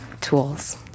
Tools